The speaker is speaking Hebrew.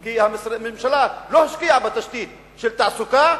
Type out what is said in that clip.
כי הממשלה לא השקיעה בתשתית של תעסוקה,